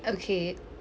okay